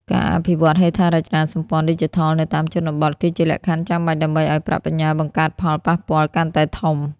ការអភិវឌ្ឍ "ហេដ្ឋារចនាសម្ព័ន្ធឌីជីថល" នៅតាមជនបទ គឺជាលក្ខខណ្ឌចាំបាច់ដើម្បីឱ្យប្រាក់បញ្ញើបង្កើតផលប៉ះពាល់កាន់តែធំ។